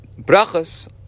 brachas